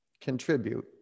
Contribute